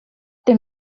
dem